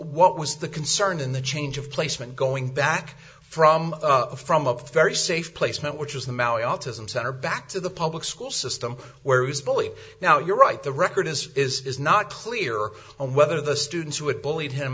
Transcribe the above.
what was the concern in the change of placement going back from from up very safe placement which is the maoi autism center back to the public school system where this bully now you're right the record is is not clear on whether the students who had bullied him